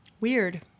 Weird